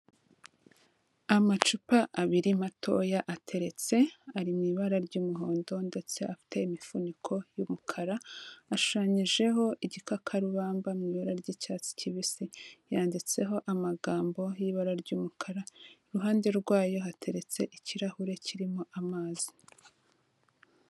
Amacupa abiri matoya ateretse ari mu ibara ry'umuhondo ndetse afite imifuniko y'umukara, ashushanyijeho igikakarubamba mu ibara ry'icyatsi kibisi, yanditseho amagambo y'ibara ry'umukara iruhande rwayo hateretse ikirahure kirimo amazi.